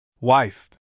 Wife